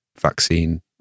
vaccine